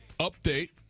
update